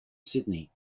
sydney